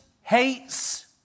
hates